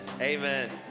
Amen